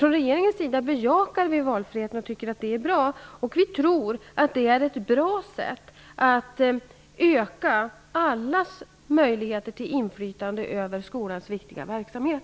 I regeringen bejakar vi valfriheten och tycker att den är bra. Vi tror att det är ett bra sätt att öka allas möjligheter till inflytande över skolans viktiga verksamhet.